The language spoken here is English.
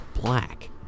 black